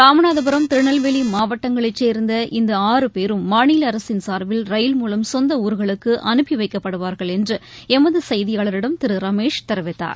ராமநாதபுரம் திருநெல்வேலி மாவட்டங்களைச் சேர்ந்த இந்த ஆறு பேரும் மாநில அரசின் சார்பில் ரயில் மூலம் சொந்த ஊர்களுக்கு அனுபிப வைக்கப்படுவார்கள் என்று எமது செய்தியாளரிடம் திரு ரமேஷ் தெரிவித்தார்